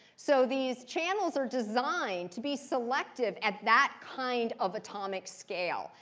so these channels are designed to be selective at that kind of atomic scale,